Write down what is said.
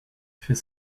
fait